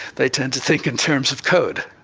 they tend to think in terms of code.